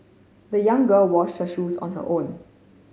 the young girl washed her shoes on her own